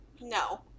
No